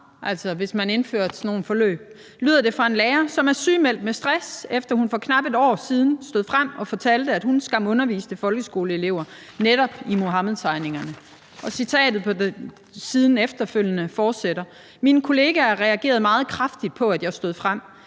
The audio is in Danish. altså hvis man indførte sådan nogle forløb – »lyder det fra lærer, som er sygemeldt med stress, efter hun for knap et år siden stod frem og fortalte, at hun skam underviste folkeskoleelever i netop Muhammedtegningerne.« Citatet fortsætter på den efterfølgende side: »Mine kollegaer reagerede meget kraftigt på, at jeg stod frem.